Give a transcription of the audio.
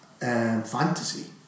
fantasy